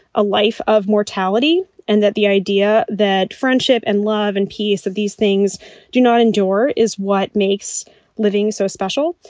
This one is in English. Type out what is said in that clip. a life of mortality and that the idea that friendship and love and peace of these things do not endure is what makes living so special.